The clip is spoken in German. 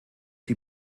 die